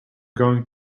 going